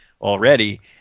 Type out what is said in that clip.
already